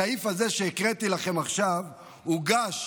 הסעיף הזה שהקראתי לכם עכשיו הוגש